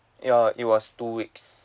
ya it was two weeks